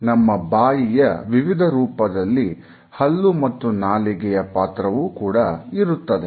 ನಮ್ಮ ಬಾಯಿಯ ವಿವಿಧ ರೂಪದಲ್ಲಿ ಹಲ್ಲು ಮತ್ತು ನಾಲಿಗೆಯ ಪಾತ್ರವು ಕೂಡ ಇರುತ್ತದೆ